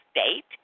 State